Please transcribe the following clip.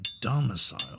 domicile